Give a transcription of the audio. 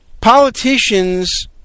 politicians